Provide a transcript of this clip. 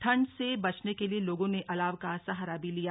ठंड से बचने के लिए लोगों ने अलाव का सहारा भी लिया